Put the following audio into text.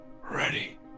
ready